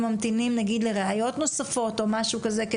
וממתינים לראיות נוספות או משהו כזה,